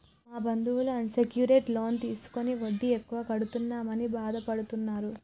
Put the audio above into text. మా బంధువులు unsecured loan తీసుకుని వడ్డీ ఎక్కువ కడుతున్నామని బాధపడుతున్నరు